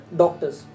doctors